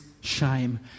shame